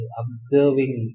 observing